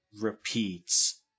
repeats